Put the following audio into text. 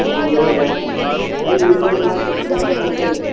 இப்போ மஞ்சள்ங்க எல்லாம் ஈரோடு மார்கெட்டுத்தான்ங்க மஞ்சள்